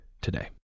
today